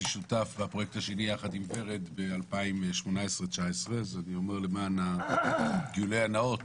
שותף בפרויקט השני יחד עם ורד ב-2018 2019. יש בלבול בוועדה,